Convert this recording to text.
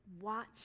watch